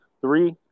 Three